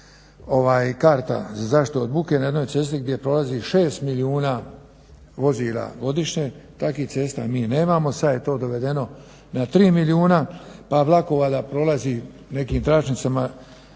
karta za zaštitu od buke, na jednoj cesti gdje prolazi 6 milijuna vozila godišnje. Takvih cesta mi nemamo. Sad je to dovedeno na 3 milijuna. Pa vlakova da prolazi nekim tračnicama